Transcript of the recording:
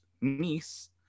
niece